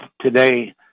today